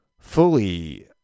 fully